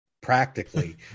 practically